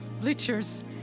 bleachers